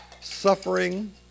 suffering